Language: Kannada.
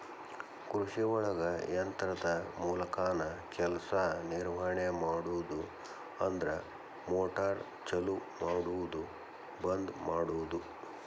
ಕೃಷಿಒಳಗ ಯಂತ್ರದ ಮೂಲಕಾನ ಕೆಲಸಾ ನಿರ್ವಹಣೆ ಮಾಡುದು ಅಂದ್ರ ಮೋಟಾರ್ ಚಲು ಮಾಡುದು ಬಂದ ಮಾಡುದು